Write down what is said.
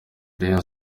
rayon